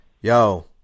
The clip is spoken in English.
yo